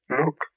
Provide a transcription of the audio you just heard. look